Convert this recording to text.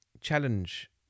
challenge